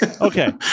Okay